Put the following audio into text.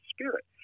Spirit